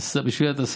בשבילי אתה שר.